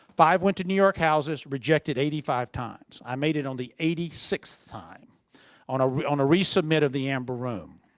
five went to new york houses. rejected eighty five times. i made it on the eighty sixth time on ah on a resubmit of the amber room.